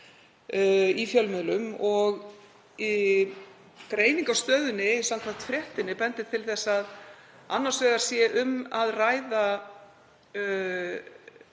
í fjölmiðlum. Greining á stöðunni, samkvæmt fréttinni, bendir til þess að annars vegar sé um að ræða